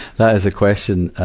that is a question.